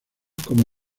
como